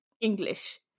English